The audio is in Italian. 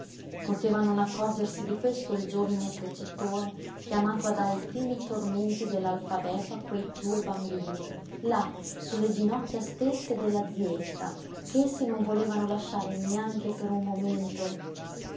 poteva non accorgersi di questo il giovine precettore chiamato a dare i primi tormenti dell'alfabeto a quei due bambini là su le ginocchia stesse della zietta che essi non volevano lasciare neanche per un momento